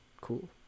cool